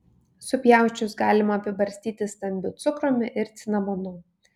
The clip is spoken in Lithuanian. supjausčius galima apibarstyti stambiu cukrumi ir cinamonu